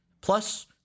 plus